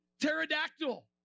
pterodactyl